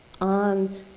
on